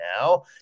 now